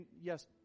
yes